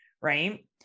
Right